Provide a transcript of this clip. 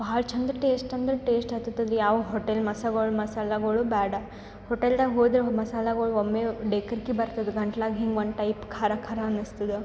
ಭಾಳ ಚಂದ ಟೇಶ್ಟ್ ಅಂದ್ರೆ ಟೇಶ್ಟ್ ಹತ್ತತದ್ರಿ ಯಾವ ಹೋಟೆಲ್ ಮಸಗುಳ್ ಮಸಾಲಾಗಳು ಬೇಡ ಹೋಟೆಲ್ದಗ ಹೋದ್ರೆ ಮಸಾಲಗಳು ಒಮ್ಮೆ ಡೇಕರ್ಕಿ ಬರ್ತದೆ ಗಂಟ್ಲಾಗ ಹಿಂಗೆ ಒಂದು ಟೈಪ್ ಖಾರ ಖಾರ ಅನ್ನಿಸ್ತದ